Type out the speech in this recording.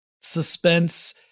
suspense